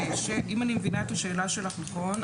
אם אני מבינה את השאלה שלך נכון,